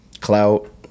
clout